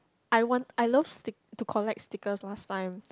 I want I love stick to collect stickers last time